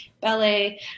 ballet